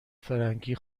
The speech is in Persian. فرنگی